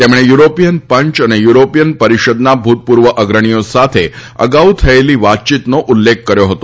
તેમણે યુરોપીયન પંચ અને યુરોપીયન પરીષદના ભુતપુર્વ અગ્રણીઓ સાથે અગાઉ થયેલી વાતયીતનો ઉલ્લેખ કર્યો હતો